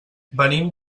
venim